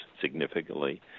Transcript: significantly